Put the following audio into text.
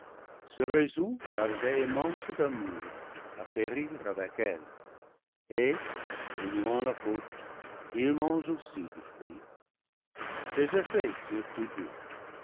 se résout par véhémence d'amour à périr avec elle et atténuant la faute il mange aussi du fruit ses effets sur tous deux